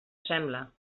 sembla